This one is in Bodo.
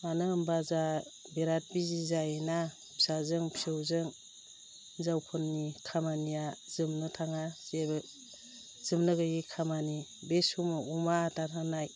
मानो होनबा जोंहा बिराद बिजि जायोना फिसाजों फिसौजों हिन्जावफोरनि खामानिया जोबनो थाङा जेबो जोबनो गोयि खामानि बे समाव अमा आदार होनाय